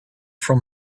from